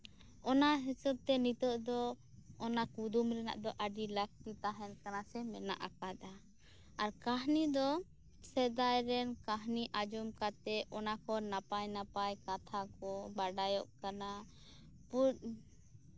ᱚᱱᱟ ᱦᱤᱥᱟᱹᱵᱽ ᱛᱮ ᱱᱤᱛᱚᱜ ᱫᱚ ᱚᱱᱟ ᱠᱩᱫᱩᱢ ᱨᱮᱱᱟᱜ ᱫᱚ ᱟᱹᱰᱤ ᱞᱟᱹᱠᱛᱤ ᱛᱟᱸᱦᱮ ᱠᱟᱱᱟ ᱥᱮ ᱢᱮᱱᱟᱜ ᱟᱠᱟᱫᱟ ᱠᱟᱹᱦᱱᱤ ᱫᱚ ᱥᱮᱫᱟᱭ ᱨᱮᱱ ᱠᱟᱹᱦᱱᱤ ᱟᱸᱡᱚᱢ ᱠᱟᱛᱮᱫ ᱚᱱᱟᱠᱚ ᱱᱟᱯᱟᱭ ᱱᱟᱯᱟᱭ ᱠᱟᱛᱷᱟ ᱠᱚ ᱵᱟᱲᱟᱭᱚᱜ ᱠᱟᱱᱟ ᱯᱩᱭ